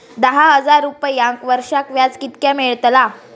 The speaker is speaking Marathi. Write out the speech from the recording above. दहा हजार रुपयांक वर्षाक व्याज कितक्या मेलताला?